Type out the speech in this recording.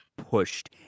pushed